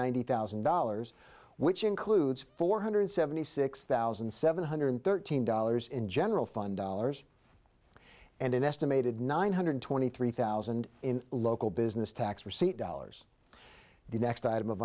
ninety thousand dollars which includes four hundred seventy six thousand seven hundred thirteen dollars in general fund dollars and an estimated nine hundred twenty three thousand in local business tax receipt dollars the next item of